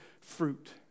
fruit